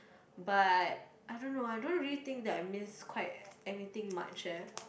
but I don't know I don't really think that I miss quite anything much eh